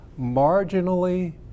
marginally